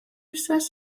says